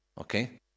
Okay